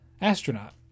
astronaut